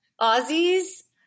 Aussies